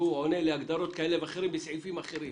עונה להגדרות כאלה ואחרות בסעיפים אחרים